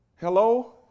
Hello